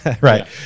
Right